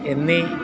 എന്നീ